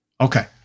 Okay